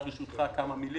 אם אפשר ברשותך, כמה מילים.